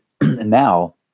now